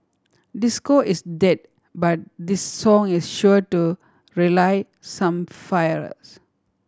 disco is dead but this song is sure to relight some fires